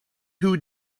who